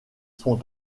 sont